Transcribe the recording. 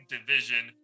Division